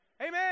Amen